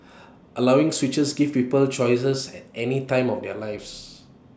allowing switches gives people choice at any time of their lives